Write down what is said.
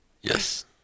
Yes